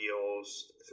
deals